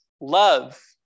love